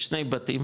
יש שני בתים,